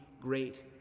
great